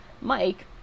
Mike